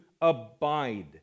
abide